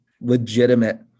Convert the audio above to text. legitimate